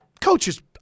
coaches